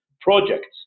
projects